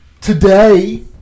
today